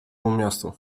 miastu